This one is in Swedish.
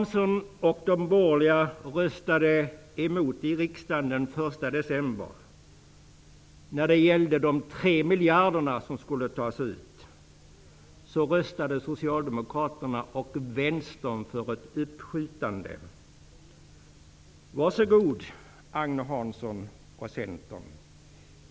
Socialdemokraterna och Vänsterpartiet för ett uppskjutande av nerdragningen. Var så god, Agne Hansson och Centern.